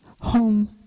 home